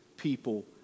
People